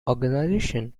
organisation